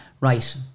Right